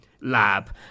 lab